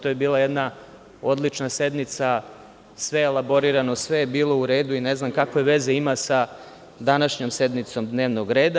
To je bila jedna odlična sednica, sve je elaborirano, sve je bilo u redu i ne znam kakve veze ima sa današnjom sednicom dnevnog reda.